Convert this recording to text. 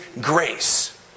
grace